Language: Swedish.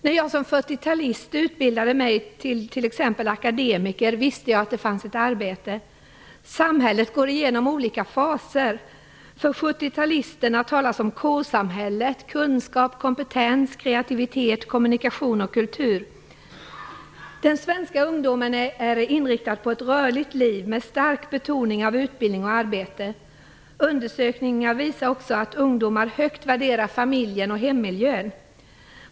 När jag som 40-talist utbildade mig till t.ex. akademiker visste jag att det fanns ett arbete att få. Samhället går igenom olika faser. För 70-talisternas del talas det om k-samhället - kunskap, kompetens, kreativitet, kommunikation och kultur. Den svenska ungdomen är inriktad på ett rörligt liv med stark betoning av utbildning och arbete. Undersökningar visar också att ungdomar högt värderar familjen och hemmiljön.